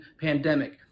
pandemic